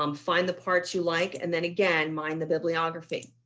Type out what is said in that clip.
um find the parts you like and then again mind the bibliography.